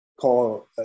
call